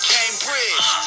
Cambridge